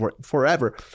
forever